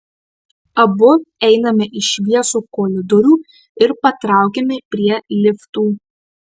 abu einame į šviesų koridorių ir patraukiame prie liftų